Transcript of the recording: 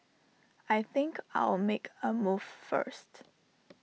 I think I'll make A move first